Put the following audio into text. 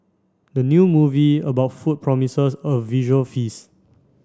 the new movie about food promises a visual feast